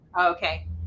okay